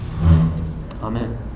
Amen